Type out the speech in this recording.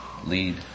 lead